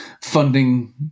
funding